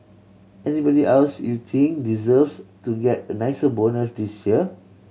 anybody else you think deserves to get a nicer bonus this year